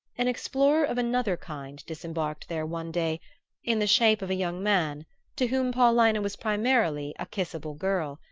an explorer of another kind disembarked there one day in the shape of a young man to whom paulina was primarily a kissable girl,